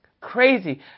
crazy